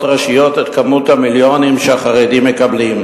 ראשיות את כמות המיליונים שהחרדים מקבלים,